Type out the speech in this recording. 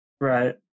Right